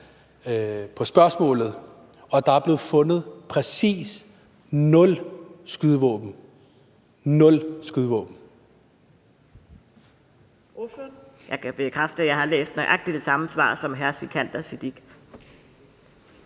og svaret var, at der er blevet fundet præcis 0 skydevåben – 0 skydevåben!